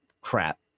crap